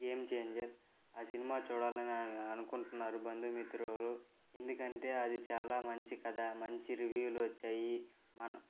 game Changer ఆ cinema చూడాలని అనుకుంటున్నారు బంధుమిత్రులు ఎందుకంటే అది చాలా మంచి కథ మంచి రివ్యూలు వచ్చాయి మన